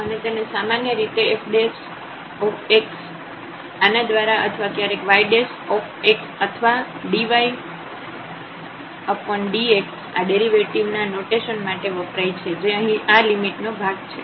અને તેને સામાન્ય રીતે f આના દ્વારા અથવા ક્યારેક y અથવા dydx આ ડેરિવેટિવ ના નોટેશન માટે વપરાય છે જે અહીં આ લિમિટ નો ભાગ છે